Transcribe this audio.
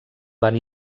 van